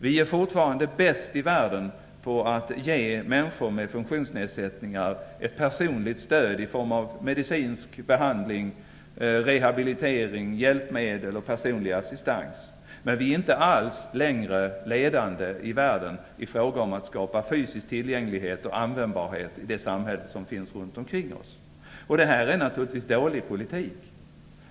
Vi är fortfarande bäst i världen på att ge människor med funktionsnedsättningar ett personligt stöd i form av medicinsk behandling, rehabilitering, hjälpmedel och personlig assistans, men vi är inte alls längre ledande i världen i fråga om att skapa fysisk tillgänglighet och användbarhet i det samhälle som finns runt omkring oss. Det här är naturligtvis en dålig politik.